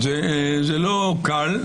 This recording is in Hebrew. זה לא קל,